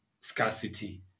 scarcity